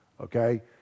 Okay